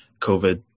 COVID